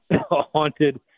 haunted